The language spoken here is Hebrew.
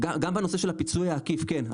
גם בנושא של הפיצוי העקיף כן,